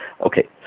Okay